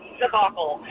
debacle